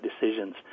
decisions